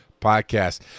podcast